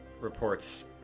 reports